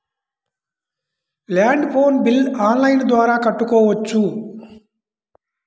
Land phone bill online ద్వారా కట్టుకోవచ్చు?